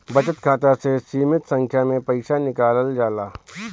बचत खाता से सीमित संख्या में पईसा निकालल जाला